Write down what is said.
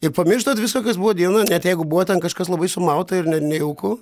ir pamirštat viską kas buvo dieną net jeigu buvo ten kažkas labai sumauta ir ne nejauku